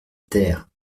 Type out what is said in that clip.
terre